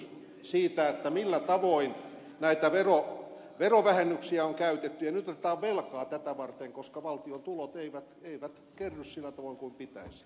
tästähän tässä on kysymys siitä millä tavoin näitä verovähennyksiä on käytetty ja nyt otetaan velkaa tätä varten koska valtion tulot eivät kerry sillä tavalla kuin pitäisi